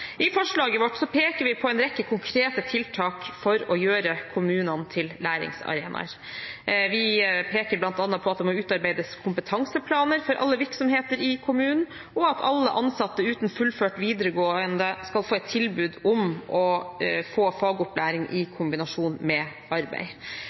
I forslaget vårt peker vi på en rekke konkrete tiltak for å gjøre kommunene til læringsarenaer. Vi peker bl.a. på at det må utarbeides kompetanseplaner for alle virksomheter i kommunen, og at alle ansatte uten fullført videregående skole skal få et tilbud om fagopplæring i